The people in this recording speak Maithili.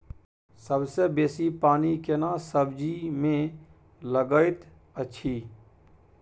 सबसे बेसी पानी केना सब्जी मे लागैत अछि?